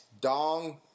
Dong